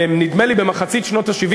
נדמה לי במחצית שנות ה-70.